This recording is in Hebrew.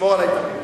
תשמור עלי תמיד.